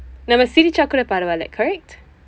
சிரித்தாள் கூட பரவாயில்லை:siritthaal kuuda paravaayillai correct